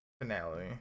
finale